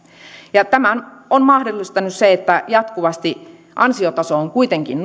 tämän on mahdollistanut se että jatkuvasti ansiotaso on kuitenkin